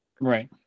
right